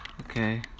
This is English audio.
Okay